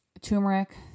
Turmeric